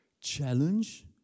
challenge